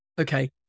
Okay